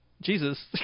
Jesus